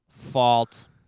fault